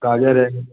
गाजर है